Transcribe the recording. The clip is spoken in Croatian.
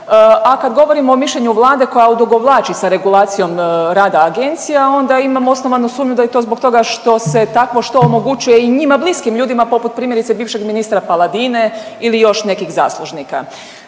A kad govorimo o mišljenju Vlade koja odugovlači sa regulacijom rada agencija onda imam osnovanu sumnju da je to zbog toga što se takvo što omogućuje i njima bliskim ljudima poput primjerice bivšeg ministra Paladina ili još nekih zaslužnika.